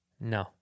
No